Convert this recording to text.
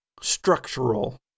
structural